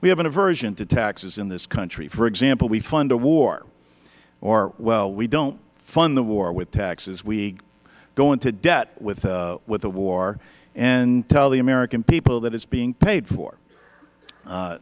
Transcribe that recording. we have an aversion to taxes in this country for example we fund a war or well we don't fund the war with taxes we go into debt with a war and tell the american people that it is being paid for